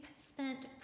spent